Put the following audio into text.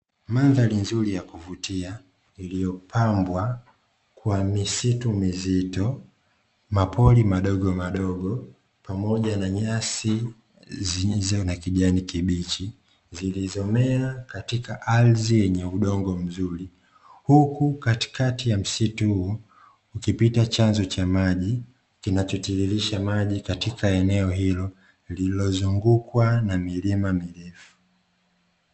mandhari nzuri ya kuvutia, iliyopambwa na misitu mizito, mapori madogomadogo pamoja na nyasi zilizo na kijani kibichi zilizomea katika ardhi yenye udongo mzuri, huku katikati ya msitu huo kikipita chanzo cha maji, kinachotiririsha maji katika eneo hilo lililozungukwa na milima mirefu.